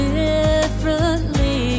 differently